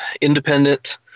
independent